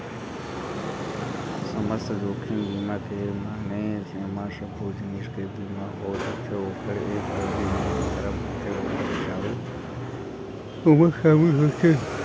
समस्त जोखिम बीमा के माने एमा सब्बो जिनिस के बीमा हो जाथे ओखर एक अलगे नियम धरम होथे ओखर हिसाब ले ओमा सामिल होथे